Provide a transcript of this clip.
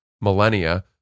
millennia